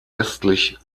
westlich